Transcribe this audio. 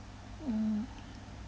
mm